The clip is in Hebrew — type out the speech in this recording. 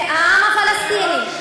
כעם הפלסטיני,